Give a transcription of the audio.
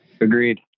Agreed